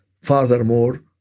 Furthermore